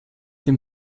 dem